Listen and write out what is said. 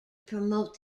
promote